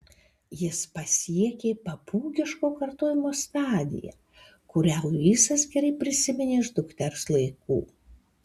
jis pasiekė papūgiško kartojimo stadiją kurią luisas gerai prisiminė iš dukters laikų